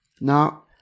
Now